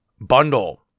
bundle